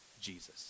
Jesus